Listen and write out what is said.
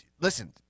listen